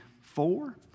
four